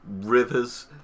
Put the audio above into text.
rivers